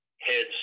heads